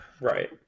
Right